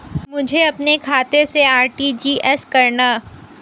मुझे अपने खाते से आर.टी.जी.एस करना?